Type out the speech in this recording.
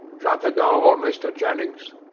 shut the door, mr. jennings.